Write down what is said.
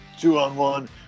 two-on-one